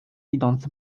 idąc